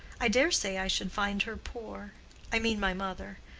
i dare say i should find her poor i mean my mother.